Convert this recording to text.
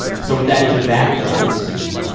so with that as your backdrop, sue,